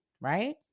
right